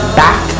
back